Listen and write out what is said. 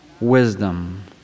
wisdom